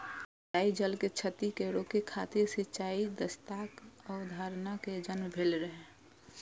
सिंचाइ जल के क्षति कें रोकै खातिर सिंचाइ दक्षताक अवधारणा के जन्म भेल रहै